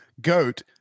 Goat